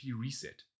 reset